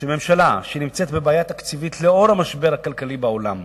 שממשלה שנמצאת בבעיה תקציבית לאור המשבר הכלכלי בעולם,